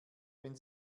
wenn